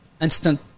instant